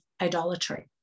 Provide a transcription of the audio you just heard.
idolatry